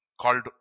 called